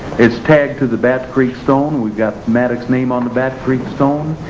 it's tagged to the bat creek stone we've got madoc's name on the bat creek stone,